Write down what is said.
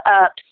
up